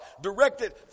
directed